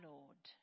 Lord